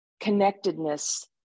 connectedness